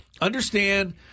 understand